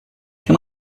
can